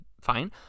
fine